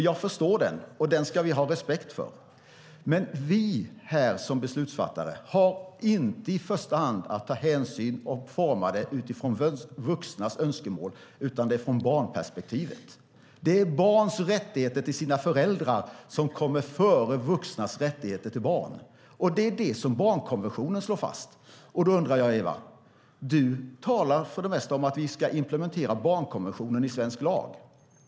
Jag förstår denna längtan och den ska vi ha respekt för. Vi som beslutsfattare har inte i första hand att ta hänsyn till och forma våra beslut utifrån de vuxnas önskemål utan det ska ske utifrån barnperspektivet. Barns rättigheter till sina föräldrar går före vuxnas rättigheter till sina barn. Det är det som barnkonventionen slår fast. Eva Olofsson talar för det mesta om att vi ska implementera barnkonventionen i svensk lag.